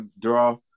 draw